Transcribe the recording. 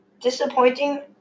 Disappointing